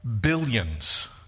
billions